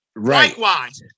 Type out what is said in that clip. Likewise